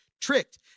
tricked